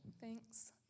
Thanks